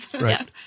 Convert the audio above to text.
Right